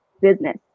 business